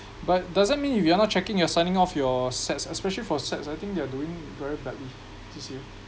but doesn't mean you are not checking you're signing off your sets especially for sets ah I think they're doing very badly this year